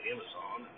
Amazon